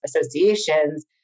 associations